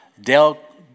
del